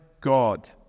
God